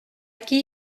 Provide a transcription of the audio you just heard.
qui